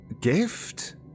gift